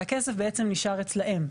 הכסף בעצם נשאר אצלם,